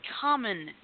common